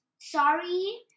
sorry